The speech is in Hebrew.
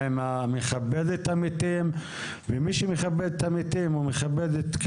כאן: "מידע רפואי לעניין אדם הדרוש לשם ביצוע תפקידיו